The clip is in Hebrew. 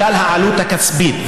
בגלל העלות הכספית.